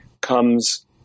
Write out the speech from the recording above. comes